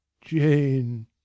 Jane